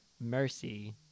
Mercy